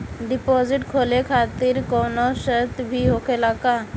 Deposit खोले खातिर कौनो शर्त भी होखेला का?